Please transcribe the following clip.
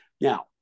Now